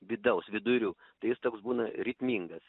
vidaus vidurių tai jis toks būna ritmingas